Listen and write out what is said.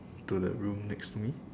to the room next to me